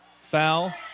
Foul